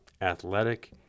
athletic